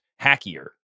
hackier